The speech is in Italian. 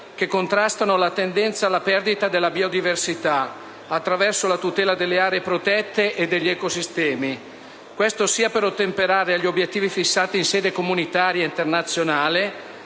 che contrastano la tendenza alla perdita della biodiversità, attraverso la tutela delle aree protette e degli ecosistemi. Questo sia per ottemperare agli obiettivi fissati in sede comunitaria e internazionale,